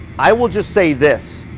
i will just say this.